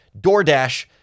DoorDash